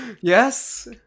Yes